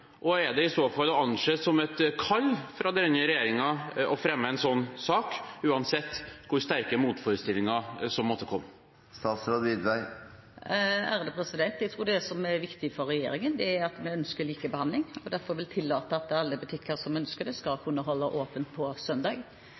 Og er det i så fall å anse som et kall for denne regjeringen å fremme en sånn sak uansett hvor sterke motforestillinger som måtte komme? Jeg tror at det som er viktig for regjeringen, er at vi ønsker likebehandling og derfor vil tillate at alle butikker som ønsker det, skal kunne holde åpent på søndag.